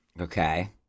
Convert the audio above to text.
Okay